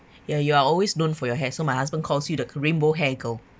ya you are always known for your hair so my husband calls you the rainbow hair girl